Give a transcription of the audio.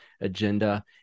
agenda